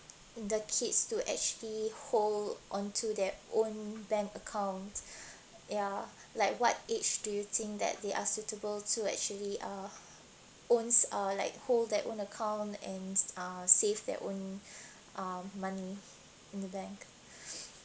the kids to actually hold onto their own bank account ya like what age do you think that they are suitable to actually uh owns or like hold their own account and uh save their own money in the bank